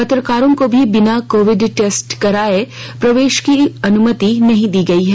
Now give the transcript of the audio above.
पत्रकारों को भी बिना कोविड टेस्ट कराये प्रवेश की अनुमति नहीं दी गई है